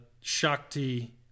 Shakti